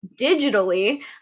digitally